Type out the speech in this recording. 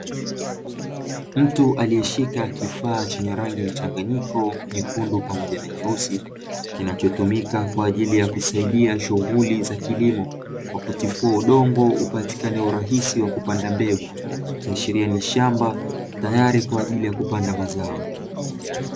Mtu aliyeshika kifaa chenye rangi mchanganyiko, nyekundu pamoja na nyeusi, kilichotumika kwa ajili ya kusaidia shughuli za kilimo kwa kutifua udongo ili upatikane urahisi wa kupanda mbegu, ikiashiria ni shamba tayari kwa ajili ya kupanda mazao.